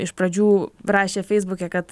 iš pradžių rašė feisbuke kad